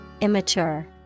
immature